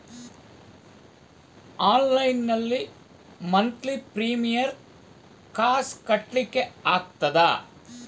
Online ನಲ್ಲಿ monthly premium ಕಾಸ್ ಕಟ್ಲಿಕ್ಕೆ ಆಗ್ತದಾ?